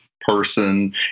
person